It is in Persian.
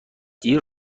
دیر